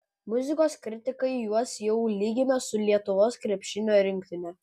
muzikos kritikai juos jau lygina su lietuvos krepšinio rinktine